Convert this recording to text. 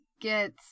Get